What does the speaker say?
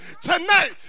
tonight